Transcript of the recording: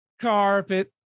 carpet